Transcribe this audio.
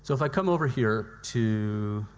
so if i come over here to,